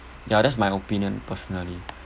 ya that's my opinion personally